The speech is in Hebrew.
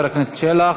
בבקשה, חבר הכנסת שלח.